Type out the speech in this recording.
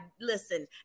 listen